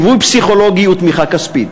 ליווי פסיכולוגי ותמיכה כספית.